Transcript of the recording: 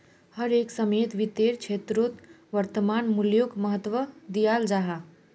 हर एक समयेत वित्तेर क्षेत्रोत वर्तमान मूल्योक महत्वा दियाल जाहा